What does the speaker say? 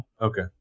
Okay